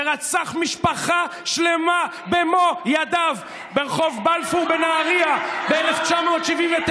שרצח משפחה שלמה במו ידיו ברחוב בלפור בנהריה ב-1979,